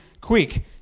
quick